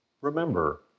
remember